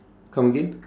come again